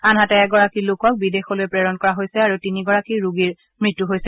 আনহাতে এগৰাকী লোকক বিদেশলৈ প্ৰেৰণ কৰা হৈছে আৰু তিনিগৰাকী ৰোগীৰ মৃত্যু হৈছে